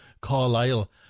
Carlisle